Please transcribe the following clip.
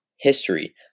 history